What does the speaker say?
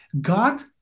God